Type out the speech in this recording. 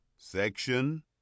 section